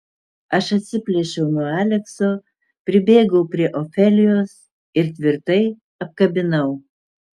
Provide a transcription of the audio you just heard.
aš atsiplėšiau nuo alekso pribėgau prie ofelijos ir tvirtai apkabinau